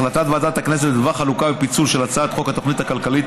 החלטת ועדת הכנסת בדבר חלוקה ופיצול של הצעת חוק התוכנית הכלכלית